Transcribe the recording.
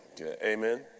Amen